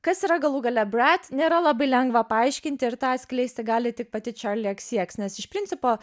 kas yra galų gale brat nėra labai lengva paaiškinti ir tą atskleisti gali tik pati čerli eksi eks nes iš principo